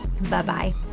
Bye-bye